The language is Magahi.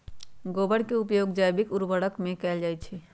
गोबर के उपयोग जैविक उर्वरक में कैएल जाई छई